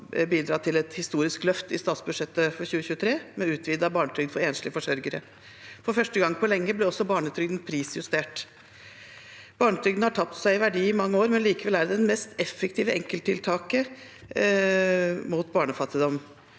å bidra til et historisk løft i statsbudsjettet for 2023, med utvidet barnetrygd for enslige forsørgere. For første gang på lenge ble også barnetrygden prisjustert. Barnetrygden har tapt seg i verdi i mange år, men likevel er den det mest effektive enkelttiltaket mot barnefattigdom.